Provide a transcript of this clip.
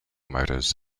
motors